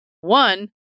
one